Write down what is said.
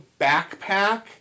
backpack